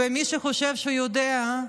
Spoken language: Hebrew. ומי שחושב שהוא יודע,